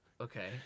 Okay